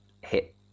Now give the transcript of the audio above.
hit